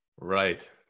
Right